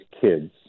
kids